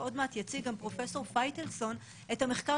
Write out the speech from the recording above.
שעוד מעט יציג כאן פרופ' פייטלסון את המחקר